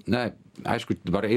na aišku dvarai